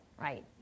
right